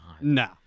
No